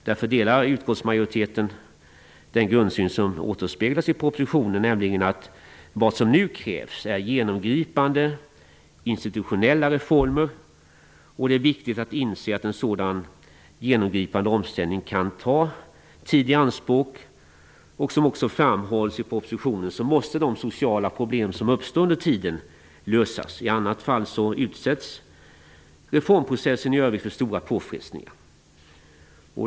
Utskottsmajoriteten delar därför den grundsyn som återspeglas i propositionen, nämligen att vad som nu krävs är genomgripande institutionella reformer. Det är viktigt att inse att en sådan genomgripande omställning kan ta tid. Som framhålls i propositionen måste de sociala problem som uppstår under tiden lösas. I annat fall utsätts reformprocessen för stora påfrestningar.